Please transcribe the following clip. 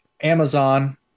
Amazon